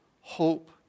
hope